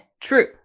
true